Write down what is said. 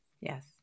Yes